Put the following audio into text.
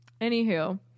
Anywho